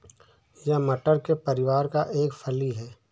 यह मटर के परिवार का एक फली है